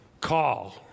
call